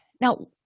Now